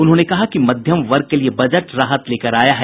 उन्होंने कहा कि मध्यम वर्ग के लिए बजट राहत लेकर आया है